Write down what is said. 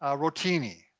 ah rotini,